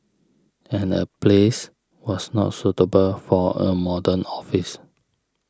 and the place was not suitable for a modern office